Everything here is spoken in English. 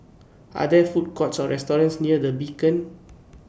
Are There Food Courts Or restaurants near The Beacon